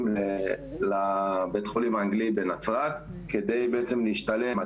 בבית החולים האנגלי בנצרת כדי להשתלם.